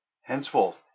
Henceforth